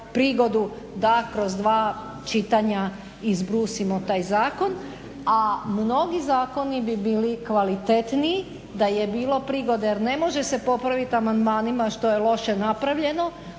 da kroz dva čitanja izbrusimo taj zakon. A mnogi zakoni bi bili kvalitetniji da je bilo prigode. Jer ne može se popravit amandmanima što je loše napravljeno.